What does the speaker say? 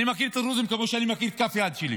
אני מכיר את הדרוזים כמו שאני מכיר את כף היד שלי.